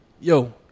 yo